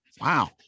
Wow